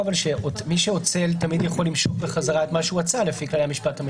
מי שאוצל תמיד יכול למשוך את מה שאצל לפי כללי המשפט.